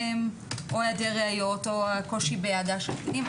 היעדר ראיות או הקושי בהגעה של קטינים.